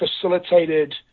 facilitated